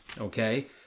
Okay